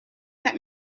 that